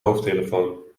hoofdtelefoon